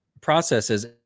processes